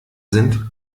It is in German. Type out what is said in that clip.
sind